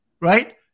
right